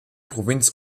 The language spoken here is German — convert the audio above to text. provinz